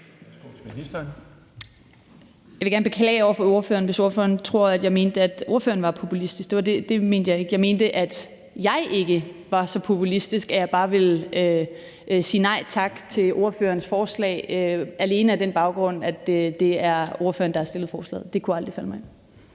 Jeg vil gerne beklage over for ordføreren, hvis ordføreren troede, at jeg mente, at ordføreren var populistisk. Det mente jeg ikke. Jeg mente, at jeg ikke var så populistisk, at jeg bare ville sige nej tak til ordførerens forslag alene på den baggrund, at det er ordføreren, der har fremsat forslaget. Det kunne aldrig falde mig ind.